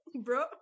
bro